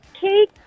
cake